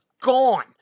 gone